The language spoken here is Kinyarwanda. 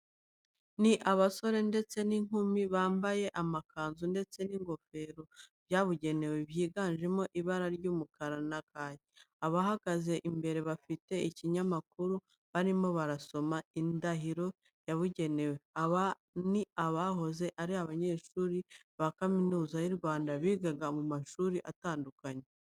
Ni abasore ndetse n'inkumi bambaye amakanzu ndetse n'ingofero byabugenewe byiganjemo ibara ry'umukara na kake. Abahagaze imbere bafite ikinyamakuru barimo barasoma indahiro yabagenewe. Aba ni abahoze ari abanyeshuri ba Kaminuza y'u Rwanda bigaga mu mashami atandukanye.